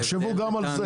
תחשבו גם על זה.